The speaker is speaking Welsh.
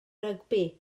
rygbi